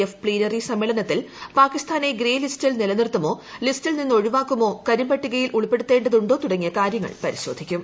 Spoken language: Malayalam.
എഫ് പ്തീനറി സമ്മേളനത്തിൽ പാകിസ്ഥാനെ ഗ്രേ ലിസ്റ്റിൽ നിലനിർത്തുമോ ലിസ്റ്റിൽ നിന്ന് ഒഴിവാക്കുമോ കരിമ്പട്ടികയിൽ ഉൾപ്പെടുത്തേണ്ടതുണ്ടോ തുടങ്ങിയ കാര്യങ്ങൾ പരിശോധിക്കും